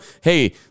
hey